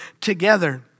together